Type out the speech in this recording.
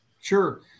sure